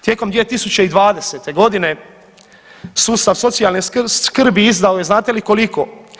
Tijekom 2020.g. sustav socijalne skrbi izdao je znate li koliko?